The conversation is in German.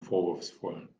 vorwurfsvoll